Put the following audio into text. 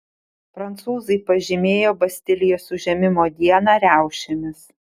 prancūzai pažymėjo bastilijos užėmimo dieną riaušėmis